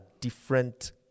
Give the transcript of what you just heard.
different